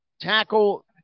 tackle